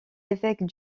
évêques